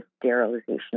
sterilization